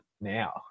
now